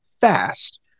fast